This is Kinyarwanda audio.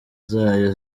zayo